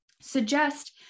suggest